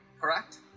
correct